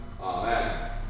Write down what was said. Amen